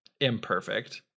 imperfect